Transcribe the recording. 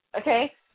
okay